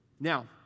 Now